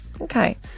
Okay